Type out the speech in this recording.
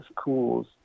schools